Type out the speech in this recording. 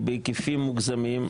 היא בהיקפים מוגזמים.